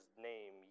name